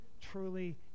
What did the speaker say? truly